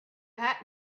hat